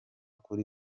kuri